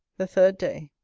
the third day